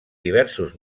diversos